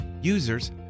Users